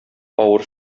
авыр